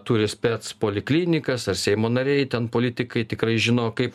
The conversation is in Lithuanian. turi spec poliklinikas ar seimo nariai ten politikai tikrai žino kaip